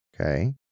Okay